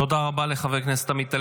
תודה רבה לחבר הכנסת עמית הלוי.